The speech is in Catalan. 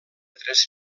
tres